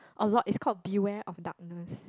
a lot it's called Beware of Darkness